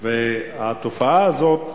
התופעה הזאת,